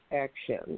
action